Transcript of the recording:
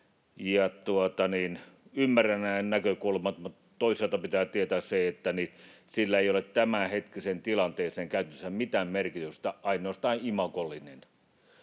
ymmärrän nämä näkökulmat, mutta toisaalta pitää tietää se, että sillä ei ole tämänhetkiseen tilanteeseen käytännössä mitään merkitystä, ainoastaan imagollinen.